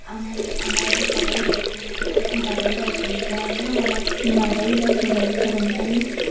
आमाले आमालाई दुःख भइरहेको हुन्छ पीडा भइरहेको हुन्छ होइन आमा बिमार भएराख्नु भएको छ भने पनि